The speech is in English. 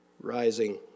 rising